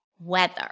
weather